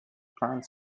plant